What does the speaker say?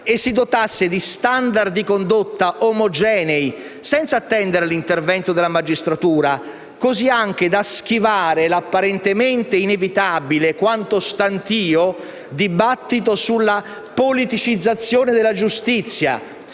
e si dotasse di *standard* di condotta omogenei, senza attendere l'intervento della magistratura, così anche da schivare l'apparentemente inevitabile, quanto stantio, dibattito sulla politicizzazione della giustizia,